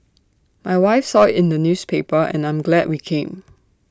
my wife saw in the newspaper and I'm glad we came